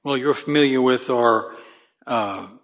well you're familiar with or